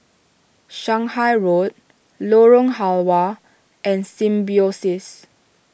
Shanghai Road Lorong Halwa and Symbiosis